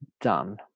done